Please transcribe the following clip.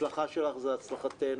הצלחה שלך זו הצלחתנו.